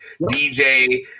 DJ